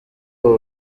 ubu